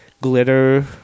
glitter